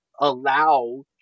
allow